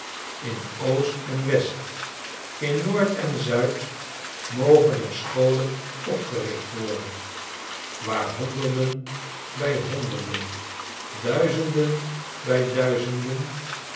in oost en west in noord en zuid mogen er scholen opgericht worden waar honderden bij honderden duizenden bij